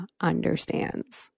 understands